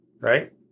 right